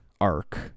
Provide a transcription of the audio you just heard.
arc